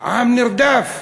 עם נרדף,